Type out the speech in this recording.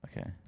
Okay